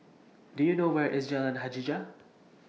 Do YOU know Where IS Jalan Hajijah